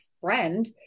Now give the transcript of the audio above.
friend